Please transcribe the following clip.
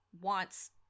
wants